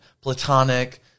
platonic